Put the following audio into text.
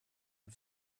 and